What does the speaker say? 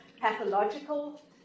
pathological